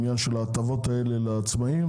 ההטבות האלה לעצמאים.